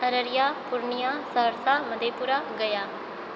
Araria Purnia Saharsa Madhepura Gaya